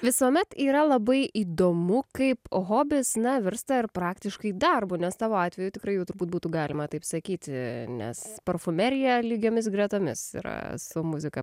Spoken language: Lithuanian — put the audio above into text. visuomet yra labai įdomu kaip hobis na virsta ir praktiškai darbu nes tavo atveju tikrai jau turbūt būtų galima taip sakyti nes parfumerija lygiomis gretomis yra su muzika